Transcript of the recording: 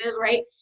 right